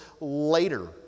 later